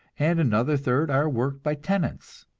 and another third are worked by tenants.